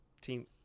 team